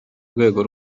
rwego